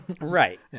Right